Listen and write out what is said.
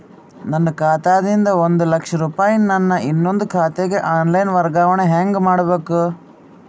ನನ್ನ ಖಾತಾ ದಿಂದ ಒಂದ ಲಕ್ಷ ರೂಪಾಯಿ ನನ್ನ ಇನ್ನೊಂದು ಖಾತೆಗೆ ಆನ್ ಲೈನ್ ವರ್ಗಾವಣೆ ಹೆಂಗ ಮಾಡಬೇಕು?